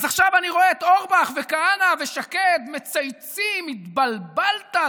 אז עכשיו אני רואה את אורבך וכהנא ושקד מצייצים: התבלבלת,